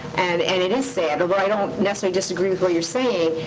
and and it is sad. but i don't necessarily disagree with what you're saying.